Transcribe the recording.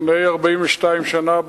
לפני 42 שנה,